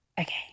Okay